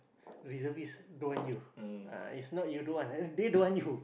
reservist don't want you ah it's not you don't want they don't want you